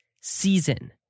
season